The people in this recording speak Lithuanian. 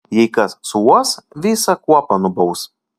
jei kas suuos visą kuopą nubaus